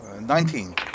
Nineteen